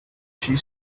she